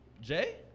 Jay